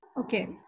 Okay